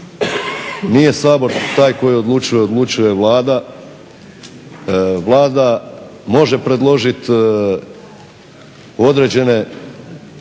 nije Sabor taj koji odlučuje, odlučuje Vlada. Vlada može predložiti određene